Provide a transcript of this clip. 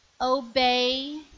obey